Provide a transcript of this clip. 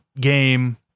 game